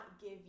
give